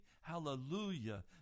hallelujah